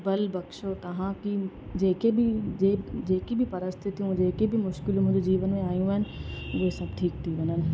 बल बक्शो तव्हां कि जेके बि जे जेकी बि परिस्थितियूं जेके बि मुश्किलूं मुंहिंजे जीवन में आयूं आहिनि उहे सभु ठीकु थी वञनि